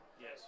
Yes